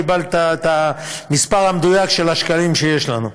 קיבלת את המספר המדויק של השקלים שיש לנו.